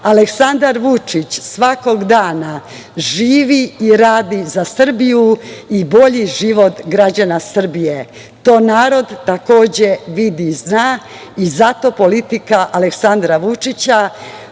blatu. Aleksandar Vučić svakog dana živi i radi za Srbiju i bolji život građana Srbije. To narod, takođe, vidi i zna i zato politika Aleksandra Vučića